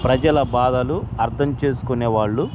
ప్రజల బాధలు అర్థం చేసుకునేవాళ్ళు